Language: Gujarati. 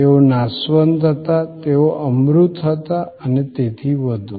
તેઓ નાશવંત હતા તેઓ અમૂર્ત હતા અને તેથી વધુ